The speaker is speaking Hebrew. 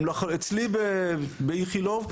אצלי באיכילוב,